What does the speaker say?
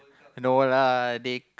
no lah they